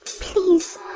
Please